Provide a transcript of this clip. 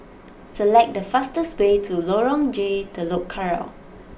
select the fastest way to Lorong J Telok Kurau